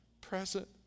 present